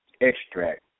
extract